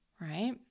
right